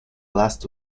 last